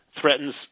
threatens